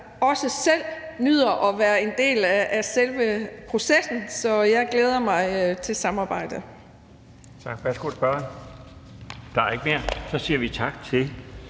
der også selv nyder at være en del af selve processen, så jeg glæder mig til samarbejdet.